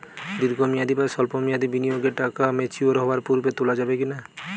দীর্ঘ মেয়াদি বা সল্প মেয়াদি বিনিয়োগের টাকা ম্যাচিওর হওয়ার পূর্বে তোলা যাবে কি না?